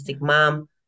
mom